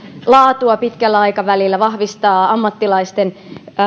laatua pitkällä aikavälillä vahvistaa ammattilaisten